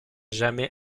jamais